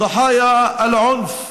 (אומר בערבית: